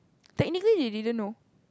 technically they didn't know